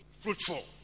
fruitful